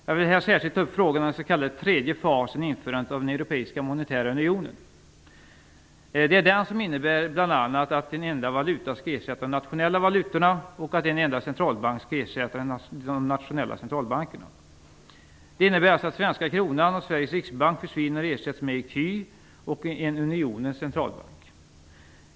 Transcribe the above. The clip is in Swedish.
Jag vill särskilt ta upp frågor som gäller den tredje fasen i införandet av den europeiska monetära unionen. Den innebär bl.a. att en enda valuta skall ersätta de nationella valutorna och att en enda centralbank skall ersätta de nationella centralbankerna. Det innebär alltså att svenska kronan och Sveriges riksbank försvinner och ersätts med ecu och en unionens centralbank.